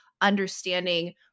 understanding